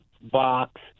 box